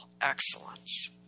excellence